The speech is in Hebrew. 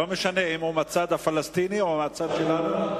לא משנה אם הוא בצד הפלסטיני או בצד שלנו.